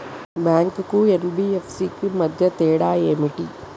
Bank కు NBFC కు మధ్య తేడా ఏమిటి?